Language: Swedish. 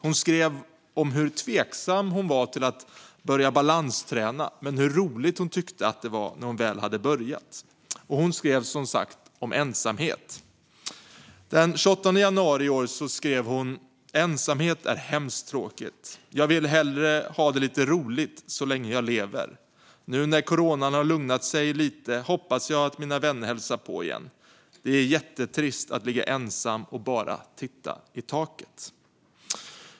Hon skrev om hur tveksam hon var till att börja balansträna men hur roligt hon tyckte att det var när hon väl hade börjat. Och hon skrev som sagt om ensamhet. Den 28 januari i år skrev hon: "Ensamhet är hemskt tråkigt, jag vill hellre ha det lite roligt så länge jag lever. Nu när Coronan har lugnat sig lite hoppas jag att mina vänner hälsar på igen. Det är jättetrist att ligga ensam och bara titta i taket."